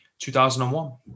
2001